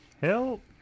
Help